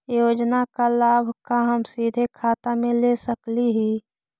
योजना का लाभ का हम सीधे खाता में ले सकली ही?